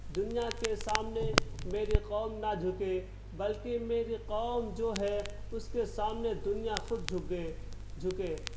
دنیا کے سامنے میری قوم نہ جھکے بلکہ میری قوم جو ہے اس کے سامنے دنیا خود جھگے جھکے